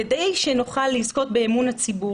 כדי שנוכל לזכות באמון הציבור,